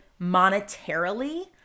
monetarily